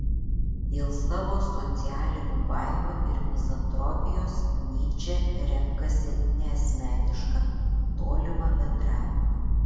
dėl savo socialinių baimių ir mizantropijos nyčė renkasi neasmenišką tolimą bendravimą